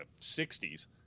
60s